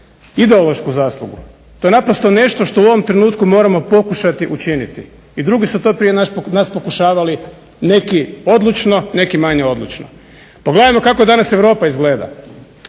ideološku zaslugu. To je naprosto nešto što u ovom trenutku moramo pokušati učiniti. I drugi su to prije nas to pokušavali neki odlučno, neki manje odlučno. Pogledajmo kako danas Europa izgleda.